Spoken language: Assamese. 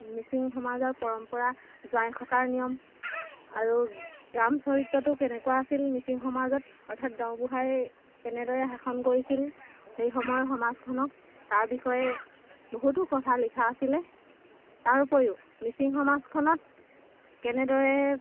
মিচিং সমাজৰ পৰম্পৰা জোঁৱাই খটাৰ নিয়ম আৰু গাম চৰিত্ৰটো কেনেকুৱা আছিল মিচিং সমাজত অৰ্থাৎ গাঁওবুঢ়াই কেনেদৰে শাসন কৰিছিল সেই সময়ৰ সমাজখনক তাৰ বিষয়ে বহুতো কথা লিখা আছিলে তাৰ উপৰিও মিচিং সমাজখনত কেনেদৰে